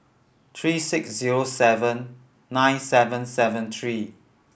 three six zero seven nine seven seven three